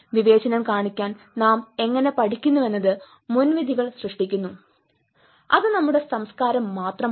വിവേചനം കാണിക്കാൻ നാം എങ്ങനെ പഠിക്കുന്നുവെന്നത് മുൻവിധികൾ സൃഷ്ടിക്കുന്നത് അത് നമ്മുടെ സംസ്കാരം മാത്രമാണ്